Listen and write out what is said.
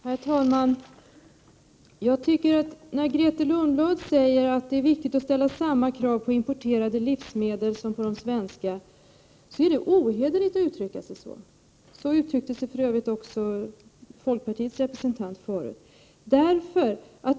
Herr talman! När Grethe Lundblad säger att det är viktigt att ställa samma krav på importerade livsmedel som på de svenska tycker jag det är ohederligt av henne att uttrycka sig så. Så uttryckte sig för övrigt också folkpartiets representant förut.